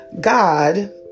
God